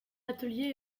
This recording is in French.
atelier